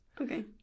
Okay